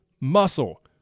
muscle